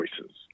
choices